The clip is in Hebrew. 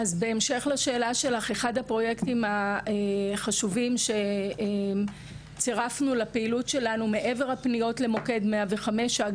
אחד הפרויקטים החשובים שצירפנו לפעילות שלנו מעבר הפניות למוקד 105,